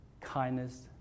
kindness